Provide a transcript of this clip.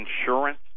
insurance